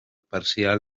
parcial